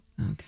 Okay